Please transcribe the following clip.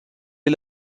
est